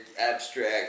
abstract